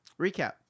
Recap